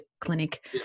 clinic